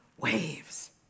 waves